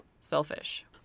selfish